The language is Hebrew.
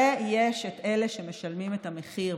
ויש את אלה שמשלמים את המחיר,